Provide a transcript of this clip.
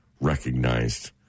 recognized